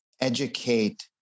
educate